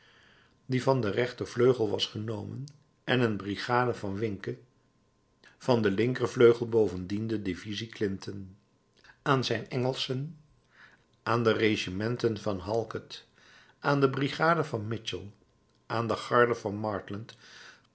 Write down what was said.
die van den rechtervleugel was genomen en een brigade van wincke van den linkervleugel bovendien de divisie clinton aan zijn engelschen aan de regimenten van halkett aan de brigade van mitchell aan de garde van martland